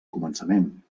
començament